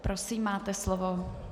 Prosím, máte slovo.